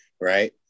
right